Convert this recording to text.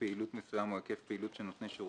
בחוק.